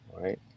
right